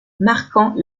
marquant